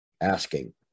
asking